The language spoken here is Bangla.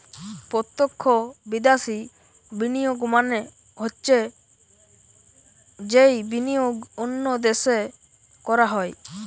প্রত্যক্ষ বিদ্যাশি বিনিয়োগ মানে হৈছে যেই বিনিয়োগ অন্য দেশে করা হয়